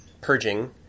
purging